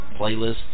playlists